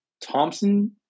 Thompson